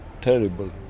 terrible